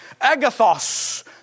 Agathos